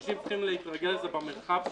אנשים צריכים להתרגל, זה במרחב שלהם,